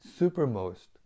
supermost